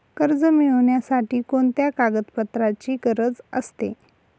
कर्ज मिळविण्यासाठी कोणत्या कागदपत्रांची गरज असते?